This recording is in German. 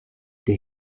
der